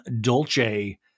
Dolce